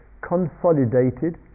consolidated